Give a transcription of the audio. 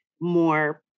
more